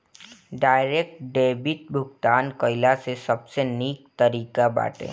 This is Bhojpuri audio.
डायरेक्ट डेबिट भुगतान कइला से सबसे निक तरीका बाटे